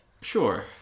Sure